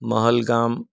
મહલ ગામ